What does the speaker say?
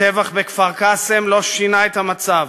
הטבח בכפר-קאסם לא שינה את המצב.